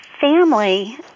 family